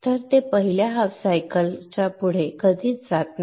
तर ते पहिल्या हाफ सायकल च्या पुढे कधीच जात नाही